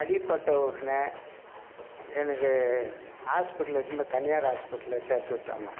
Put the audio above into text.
அடிபட்ட உடனே எனக்கு ஹாஸ்பிட்டல் வந்து தனியார் ஹாஸ்பிட்டலில் சேர்த்து விட்டாங்க